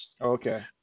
Okay